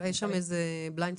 יש שם איזה Blind spot.